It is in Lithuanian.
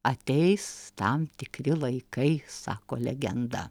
ateis tam tikri laikai sako legenda